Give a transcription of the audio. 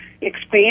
expand